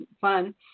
fun